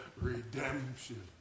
redemption